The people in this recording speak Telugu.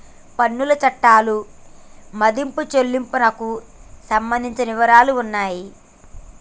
పన్నుల చట్టాలు మదింపు చెల్లింపునకు సంబంధించిన వివరాలు ఉన్నాయి